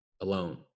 alone